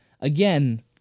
again